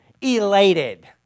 elated